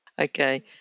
Okay